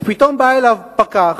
פתאום בא אליו פקח